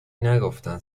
نگفتن